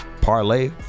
parlay